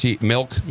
milk